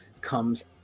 comes